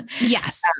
Yes